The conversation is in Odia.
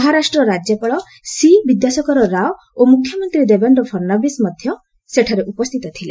ମହାରାଷ୍ଟ୍ର ରାଜ୍ୟପାଳ ସି ବିଦ୍ୟାସାଗର ରାଓ ଓ ମୁଖ୍ୟମନ୍ତ୍ରୀ ଦେବେନ୍ଦ୍ର ଫଡ଼ଶବୀସ ମଧ୍ୟ ସେଠାରେ ଉପସ୍ଥିତ ଥିଲେ